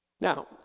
Now